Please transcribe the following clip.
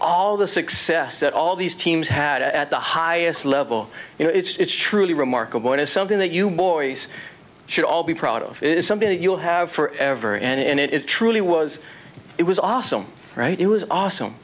all the success that all these teams had at the highest level you know it's truly remarkable and it's something that you boys should all be proud of it is something that you'll have forever and it truly was it was awesome right it was awesome